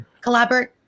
collaborate